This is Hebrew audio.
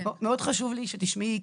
מאוד חשוב לי שתשמעי,